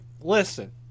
Listen